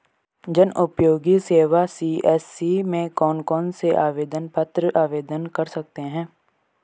जनउपयोगी सेवा सी.एस.सी में कौन कौनसे आवेदन पत्र आवेदन कर सकते हैं?